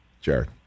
Jared